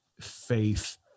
faith